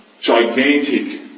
gigantic